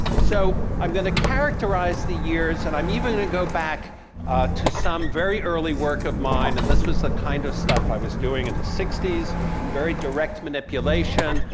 so i'm going to characterize the years and i'm even going to go back to some very early work of mine, and this was the kind of stuff i was doing in the sixty s very direct manipulation,